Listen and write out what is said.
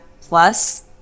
plus